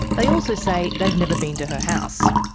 they also say they've never been to her house.